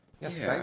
yes